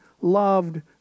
loved